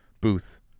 booth